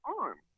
arm